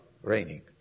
Raining